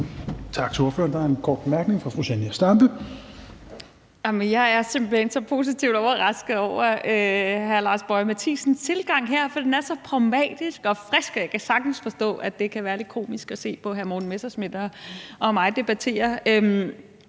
hen så positivt overrasket over hr. Lars Boje Mathiesens tilgang her, for den er så pragmatisk og frisk, og jeg kan sagtens forstå, at det kan være lidt komisk at se på hr. Morten Messerschmidt og mig debattere.